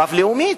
רב-לאומית.